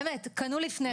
באמת קנו לפני כן.